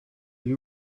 you